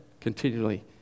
continually